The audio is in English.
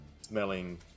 smelling